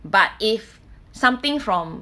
but if something from